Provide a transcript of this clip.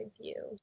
view